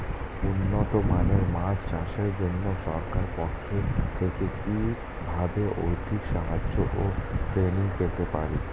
উন্নত মানের মাছ চাষের জন্য সরকার পক্ষ থেকে কিভাবে আর্থিক সাহায্য ও ট্রেনিং পেতে পারি?